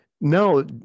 No